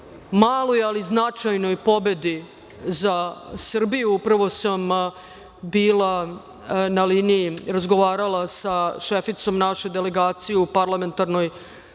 maloj ali značajnoj pobedi za Srbiju. Upravo sam bila na liniji, razgovarala sa šeficom naše delegacije u Parlamentarnoj